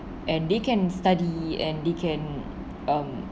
and they can study and they can um